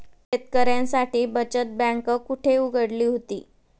शेतकऱ्यांसाठी बचत बँक कुठे उघडली होती?